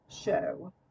show